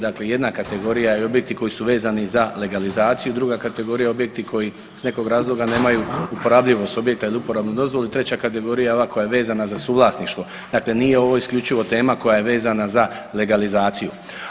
Dakle, jedna kategorija i objekti koji su vezni za legalizaciju, druga kategorija objekti koji iz nekog razloga nemaju uporabljivost objekta ili uporabnu dozvolu i treća kategorija je ova koja je vezana za suvlasništvo, dakle nije ovo isključivo tema koja je vezana za legalizaciju.